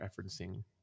referencing